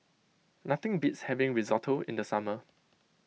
nothing beats having Risotto in the summer